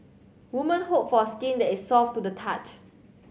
woman hope for skin that is soft to the touch